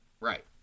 Right